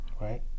right